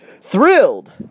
Thrilled